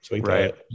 Right